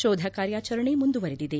ಶೋಧ ಕಾರ್ಯಾಚರಣೆ ಮುಂದುವರಿದಿದೆ